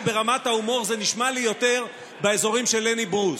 ברמת ההומור זה נשמע לי יותר באזורים של לני ברוס.